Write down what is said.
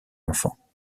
enfant